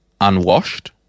unwashed